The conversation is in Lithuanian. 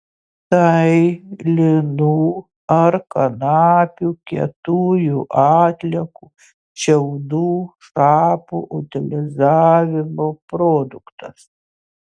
tai linų ar kanapių kietųjų atliekų šiaudų šapų utilizavimo produktas